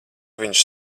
viņš